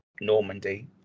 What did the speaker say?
Normandy